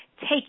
take